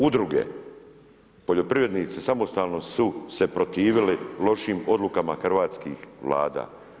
Udruge poljoprivrednici samostalno su se protivili lošim odlukama hrvatskih vlada.